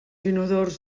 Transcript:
inodors